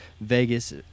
vegas